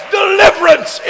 deliverance